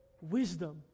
wisdom